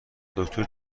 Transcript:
دکتر